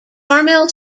carmel